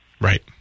Right